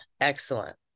Excellent